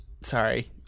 sorry